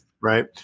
Right